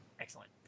excellent